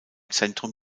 zentrum